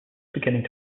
beginning